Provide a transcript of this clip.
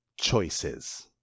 choices